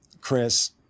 Chris